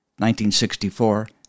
1964